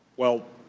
well,